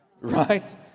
Right